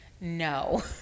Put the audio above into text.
no